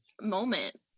moment